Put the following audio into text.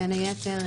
בין היתר,